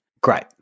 Great